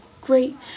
great